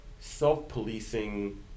self-policing